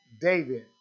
David